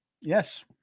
Yes